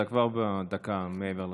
אתה כבר בדקה מעבר לזמן.